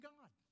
God